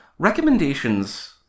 recommendations